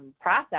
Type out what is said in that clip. process